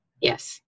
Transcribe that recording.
Yes